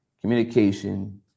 communication